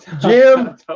Jim